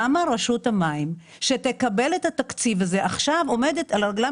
למה רשות המים שתקבל את התקציב הזה עכשיו עומדת על הרגליים